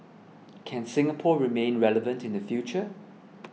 can Singapore remain relevant in the future